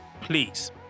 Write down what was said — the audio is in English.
please